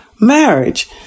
marriage